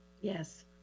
Yes